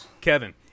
Kevin